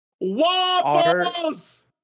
waffles